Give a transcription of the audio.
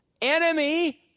Enemy